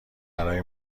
برای